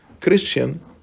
Christian